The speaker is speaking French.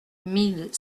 mille